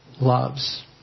loves